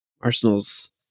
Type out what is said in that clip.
Arsenal's